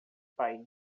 país